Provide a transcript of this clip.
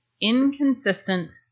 inconsistent